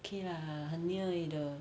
okay lah 很 near 而已的